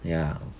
ya